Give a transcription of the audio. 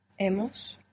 Hemos